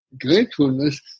gratefulness